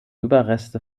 überreste